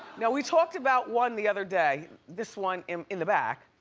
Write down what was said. now we talked about one the other day. this one in in the back.